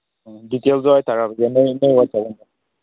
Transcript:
ꯑꯥ ꯗꯤꯇꯦꯜꯗꯣ ꯍꯥꯏ ꯇꯥꯔꯕꯗꯤ